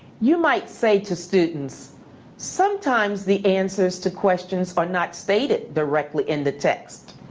you might say to students sometimes the answers to questions are not stated directly in the text.